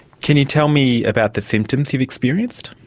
can you tell me about the symptoms you've experienced?